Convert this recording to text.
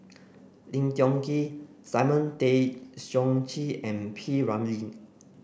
Lim Tiong Ghee Simon Tay Seong Chee and P Ramlee